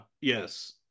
yes